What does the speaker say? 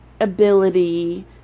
ability